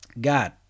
God